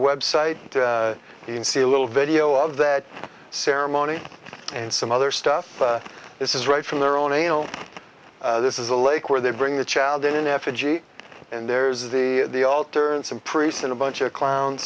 website you can see a little video of that ceremony and some other stuff this is right from their own this is a lake where they bring the child in effigy and there is the altar and some priests and a bunch of clown